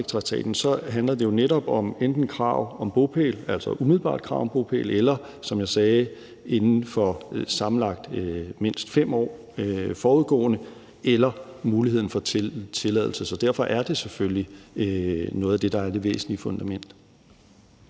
handler det jo netop om enten krav om bopæl – altså umiddelbart krav om bopæl eller, som jeg sagde, at have haft bopæl i Danmark i sammenlagt mindst 5 år forudgående – eller mulighed for tilladelse. Så derfor er det selvfølgelig noget af det, der er det væsentlige i fundamentet.